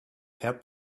fair